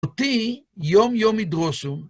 אותי יום יום ידרושו.